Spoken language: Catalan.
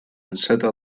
enceta